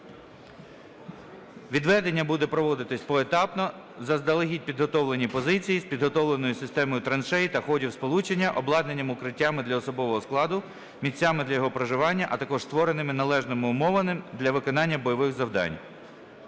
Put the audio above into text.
Відведення буде проводитися поетапно, заздалегідь підготовлені позиції з підготовленою системою траншей та ходів сполучення, обладнанням укриттями для особового складу, місцями для його проживання, а також створеними належними умовами для виконання бойових завдань.